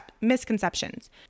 misconceptions